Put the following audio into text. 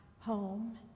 home